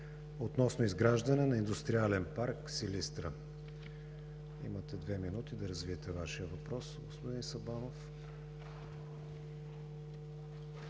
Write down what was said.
относно изграждане на Индустриален парк в Силистра. Имате две минути да развиете Вашия въпрос, господин Сабанов.